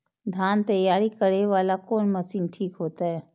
धान तैयारी करे वाला कोन मशीन ठीक होते?